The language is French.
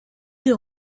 des